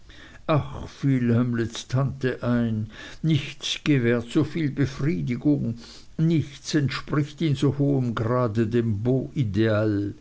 hamlets tante ein nichts gewährt so viel befriedigung nichts entspricht in so hohem grade dem